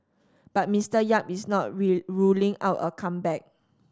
but Mister Yap is not ruling out a comeback